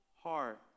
heart